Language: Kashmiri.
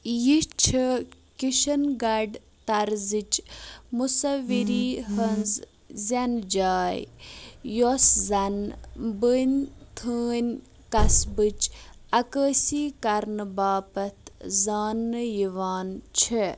یہِ چھے٘ كِشن گڈھ طرزٕچ مُصوِری ہٕنٛز زینہٕ جاے یۄس زن بٔنۍ تھٲنۍ قصبٕچ عکٲسی كَرنہٕ باپتھ زاننہٕ یوان چھے٘